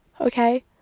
Okay